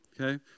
Okay